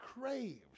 craves